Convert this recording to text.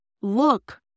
look